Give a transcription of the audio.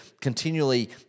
continually